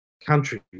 countries